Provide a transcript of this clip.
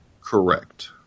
Correct